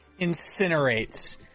incinerates